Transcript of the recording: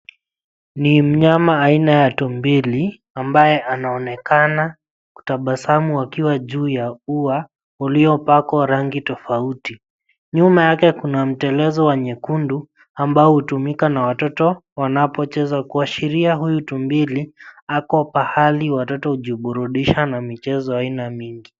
Ni mnyama aina ya tumbili ambaye anaonekana kutabasamu akiwa juu ya ua uliopakwa rangi tofauti, nyuma wake kuna mtelezo wa nyekundu ambao hutumika na watoto wanapocheza kuashiria huyu tumbili ako pahali watoto hujiburudisha na michezo ya aina mingi.